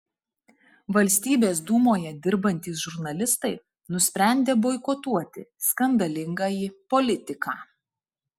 valstybės dūmoje dirbantys žurnalistai nusprendė boikotuoti skandalingąjį politiką